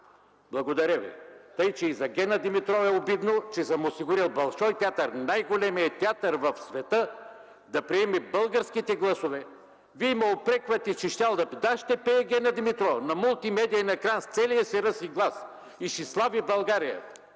Благодаря Ви. Така че и за Гена Димитрова е обидно, че съм осигурил „Болшой театър”, най-големият театър в света да приеме българските гласове, Вие ме упреквате, че щяла да пее. Да, ще пее Гена Димитрова, на мултимедиен екран в целия си ръст и глас и ще слави България.